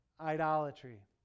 idolatry